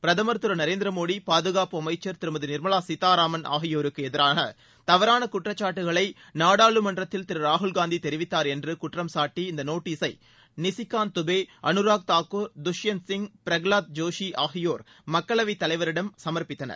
பிரதமர் திரு நரேந்திரமோடி பாதுகாப்பு அமைச்சர் திருமதி நிர்மவா சீத்தாராமன் ஆகியோருக்கு எதிராக தவறான குற்றச்சாட்டுக்களை நாடாளுமன்றத்தில் திரு ராகுல் காந்தி தெரிவித்தார் என்று குற்றம் சாட்டி இந்த நோட்டீசை நிசிகாந்த் துபே அனுராக் தாக்கூர் துஷ்யந்த் சிங் பிரகலாத் ஜோஷி ஆகியோர் மக்களவைத் தலைவரிடம் இந்த நோட்டசை சமர்ப்பித்தனர்